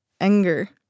anger